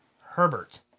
Herbert